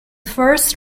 first